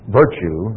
virtue